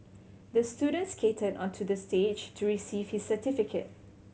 the student skated onto the stage to receive his certificate